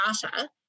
data